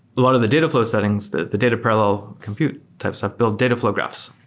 a lot of the dataflow settings that the data parallel compute type stuff build dataflow graphs,